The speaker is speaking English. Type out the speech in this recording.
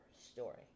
story